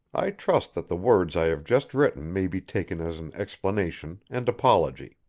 i trust that the words i have just written may be taken as an explanation and apology.